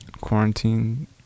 quarantine